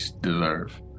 deserve